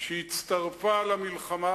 שהצטרפה למלחמה